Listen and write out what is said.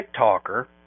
TikToker